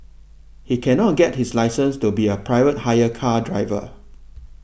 he cannot get his license to be a private hire car driver